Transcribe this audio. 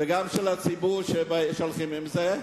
וגם של הציבור שהולך עם זה,